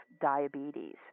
diabetes